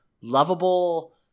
lovable